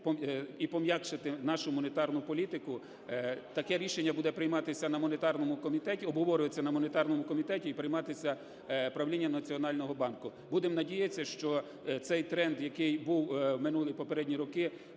і пом'якшити нашу монетарну політику. Таке рішення буде прийматися на монетарному комітеті, обговорюється на монетарному комітеті і прийматися Правлінням Національного банку. Будемо надіятися, що цей тренд, який був минулі попередні роки,